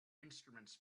instruments